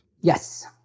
Yes